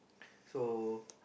so